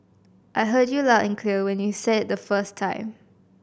I heard you loud and clear when you said the first time